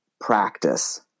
practice